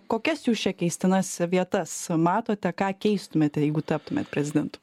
kokias jūs čia keistinas vietas matote ką keistumėte jeigu taptumėt prezidentu